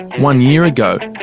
one year ago,